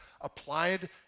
applied